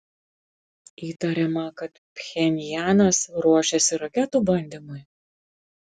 įtariama kad pchenjanas ruošiasi raketų bandymui